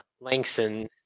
Langston